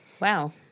Wow